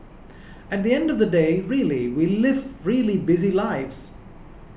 at the end of the day really we live really busy lives